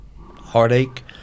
heartache